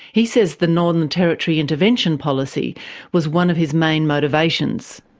he says the northern territory intervention policy was one of his main motivations.